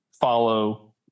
follow